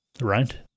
right